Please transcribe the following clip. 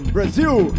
Brazil